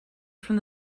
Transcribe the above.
from